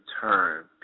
turn